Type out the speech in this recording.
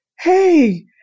hey